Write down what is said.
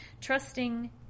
trusting